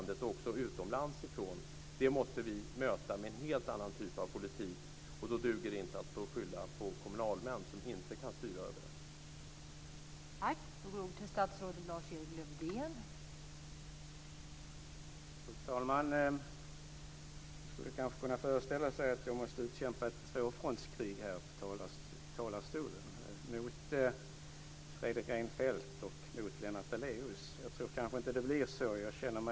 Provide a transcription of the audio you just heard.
Det måste vi möta med en helt annan typ av politik, och då duger det inte att skylla på kommunalt förtroendevalda som inte kan styra över detta.